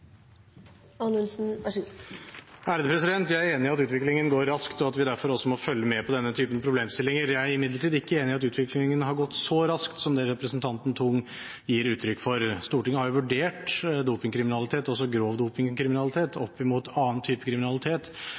enig i at utviklingen går raskt, og at vi derfor også må følge med på denne typen problemstillinger. Jeg er imidlertid ikke enig i at utviklingen har gått så raskt som det representanten Tung gir uttrykk for. Stortinget har jo vurdert dopingkriminalitet, også grov dopingkriminalitet, opp mot annen type kriminalitet